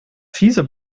fiese